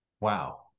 Wow